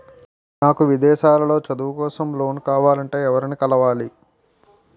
నాకు విదేశాలలో చదువు కోసం లోన్ కావాలంటే ఎవరిని కలవాలి?